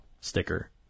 sticker